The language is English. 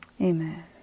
amen